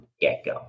get-go